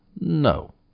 No